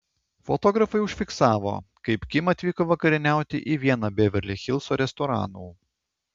fotografai užfiksavo kaip kim atvyko vakarieniauti į vieną beverli hilso restoranų